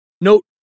Note